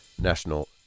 National